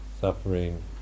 suffering